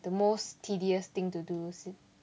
the most tedious thing to do so